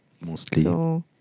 Mostly